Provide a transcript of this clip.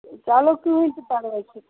چلو کٕہٕنۍ چھُنہٕ پَرواے